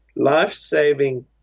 life-saving